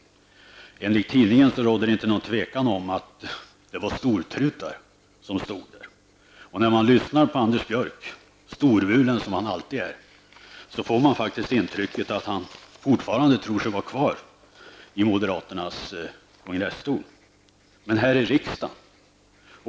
Enligt tidningen rådde det inget tvivel om att det var stortrutar. När man lyssnar på Anders Björck, storvulen som han alltid är, får man intrycket att han fortfarande tror sig vara kvar i moderaternas kongresstal.